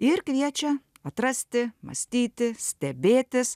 ir kviečia atrasti mąstyti stebėtis